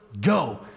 go